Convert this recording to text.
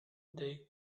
they